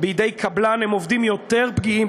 בידי קבלן הם עובדים יותר פגיעים,